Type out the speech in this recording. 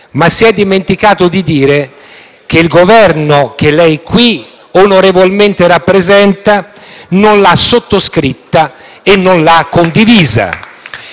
ma si è dimenticato di dire che il Governo, che lei qui onorevolmente rappresenta, non l'ha sottoscritta e non l'ha condivisa.